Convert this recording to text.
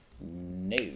no